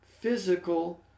physical